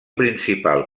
principal